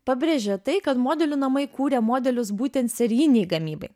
pabrėžė tai kad modelių namai kūrė modelius būtent serijinei gamybai